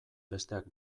besteak